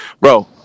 bro